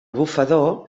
bufador